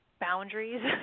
boundaries